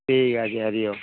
ঠিক আছে হ্যারিও